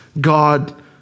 God